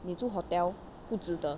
你住 hotel 不值得